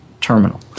terminal